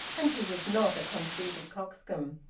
and he was not a conceited coxcomb.